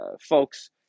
folks